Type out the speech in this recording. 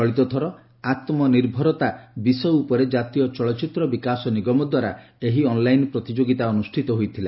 ଚଳିତ ଥର ଆତ୍କନିର୍ଭରତା ବିଷୟ ଉପରେ କାତୀୟ ଚଳଚ୍ଚିତ୍ର ବିକାଶ ନିଗମଦ୍ୱାରା ଏହି ଅନ୍ଲାଇନ୍ ପ୍ରତିଯୋଗିତା ଅନୁଷ୍ଠିତ ହୋଇଥିଲା